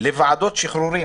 לוועדות שחרורים